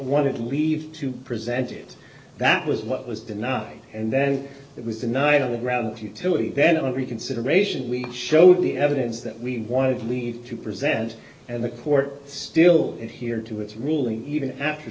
wanted leave to present it that was what was denied and then it was the night of the ground futility then reconsideration we showed the evidence that we wanted leave to present and the court still in here to its ruling even after